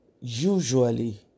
Usually